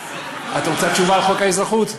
את רוצה תשובה על חוק האזרחות?